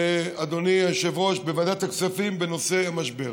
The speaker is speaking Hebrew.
אדוני היושב-ראש, בוועדת הכספים בנושא המשבר.